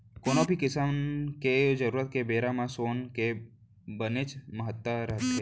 कोनो भी किसम के जरूरत के बेरा म सोन के बनेच महत्ता रथे